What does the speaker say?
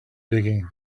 digging